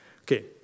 Okay